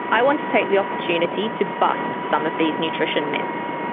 i want to take the opportunity to bust some of these nutrition myths.